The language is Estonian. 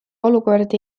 olukordi